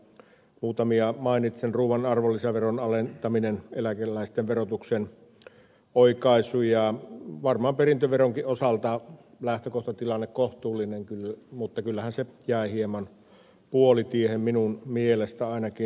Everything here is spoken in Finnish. muutamia mainitsen ruuan arvonlisäveron alentaminen eläkeläisten verotuksen oikaisu ja varmaan perintöveronkin osalta lähtökohtatilanne on kohtuullinen mutta kyllähän se jäi hieman puolitiehen minun mielestäni ainakin